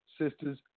Sisters